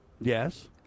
yes